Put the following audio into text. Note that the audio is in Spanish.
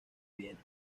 viena